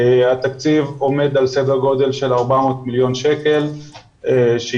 התקציב עומד על סדר גודל של 400 מיליון שקלים שייועדו